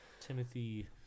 Timothy